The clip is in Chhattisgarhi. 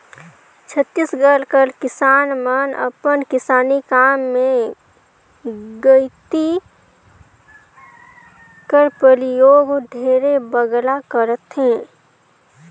छत्तीसगढ़ कर किसान मन अपन किसानी काम मे गइती कर परियोग ढेरे बगरा करथे